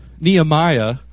Nehemiah